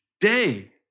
day